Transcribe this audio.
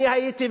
אני הייתי,